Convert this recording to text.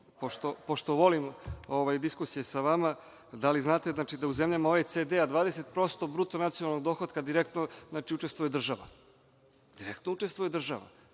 pošto volim diskusije sa vama, da li znate da u zemljama OECD-a 20% bruto nacionalnog dohotka direktno učestvuje država. Jedino vi kažete da